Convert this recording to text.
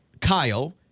Kyle